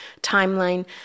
timeline